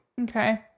Okay